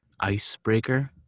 icebreaker